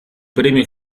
premio